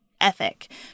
ethic